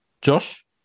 Josh